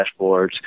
dashboards